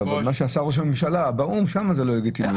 מה שעשה ראש הממשלה באו"ם, זה לא לגיטימי.